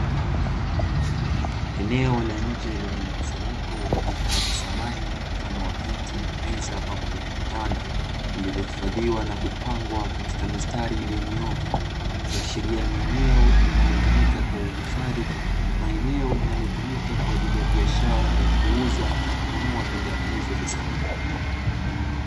Eneo la jje lenye mkusanyiko wa bidhaa za samani mfano wa viti, meza pamoja na vitanda lililohifadhiwa na kupangwa katika mistari iliyonyooka, ikiashiria ni eneo linalotumika kwa uhifadhi ama eneo linalotumika kwa ajili ya biashara, ya kuuza na kununua bidhaa hizo za samani.